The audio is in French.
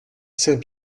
saint